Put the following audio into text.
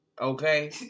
Okay